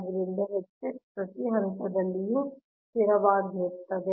ಆದ್ದರಿಂದ Hx ಗೆ ಈ ಅವಿಭಾಜ್ಯವು ವಾಸ್ತವವಾಗಿ Hx ನಲ್ಲಿ ಸಮಾನವಾಗಿರುತ್ತದೆ x ಎಲ್ಲೆಡೆ ಸ್ಥಿರವಾಗಿರುತ್ತದೆ